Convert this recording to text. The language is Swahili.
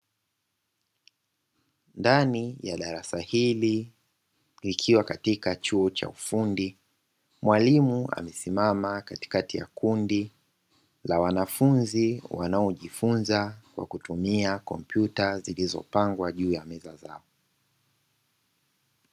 Ndani ya darasa hili likiwa katika chuo cha ufundi. Mwalimu amesimama katikati ya kundi la wanafunzi wanaojifunza kwa kutumia kompyuta zilizopangwa juu ya meza zao.